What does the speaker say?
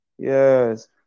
Yes